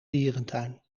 dierentuin